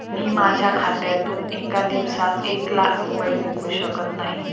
मी माझ्या खात्यातून एका दिवसात एक लाख रुपये विकू शकत नाही